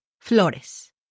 flores